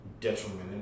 detrimental